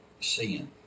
sin